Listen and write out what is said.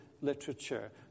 literature